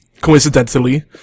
coincidentally